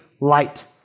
light